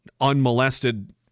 unmolested